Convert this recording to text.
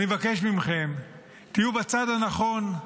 אני מבקש מכם, תהיו בצד הנכון,